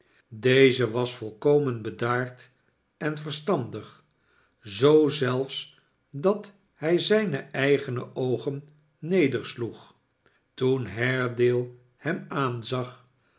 eze was volkomen bedaard en verstandig zoo zelfs dat hij zijne eigene oogen nedersloeg toen haredaie hem aanzag